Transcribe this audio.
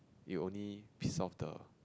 you only pissed off the